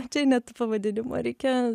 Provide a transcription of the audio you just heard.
čia net pavadinimo reikia